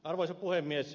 arvoisa puhemies